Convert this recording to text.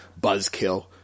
Buzzkill